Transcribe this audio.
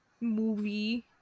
movie